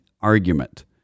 argument